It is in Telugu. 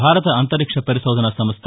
భారత అంతరిక్ష పరిశోధనా సంస్ట